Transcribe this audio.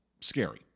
scary